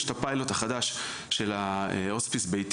יש את הפיילוט החדש של ההוספיס הביתי